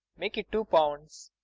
make it two pounds.